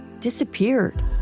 disappeared